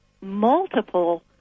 multiple